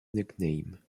nickname